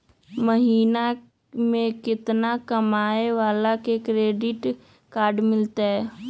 महीना में केतना कमाय वाला के क्रेडिट कार्ड मिलतै?